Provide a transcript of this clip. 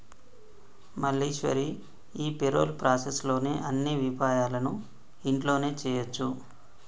మల్లీశ్వరి ఈ payroll process లోని అన్ని విపాయాలను ఇంట్లోనే చేయొచ్చు